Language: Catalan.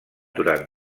durant